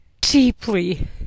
deeply